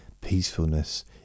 peacefulness